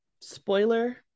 spoiler